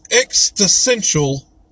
existential